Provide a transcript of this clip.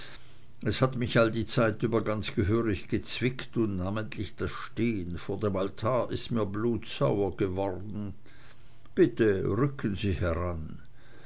es hat mich all die zeit über ganz gehörig gezwickt und namentlich das stehen vor dem altar ist mir blutsauer geworden bitte rücken sie heran